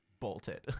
bolted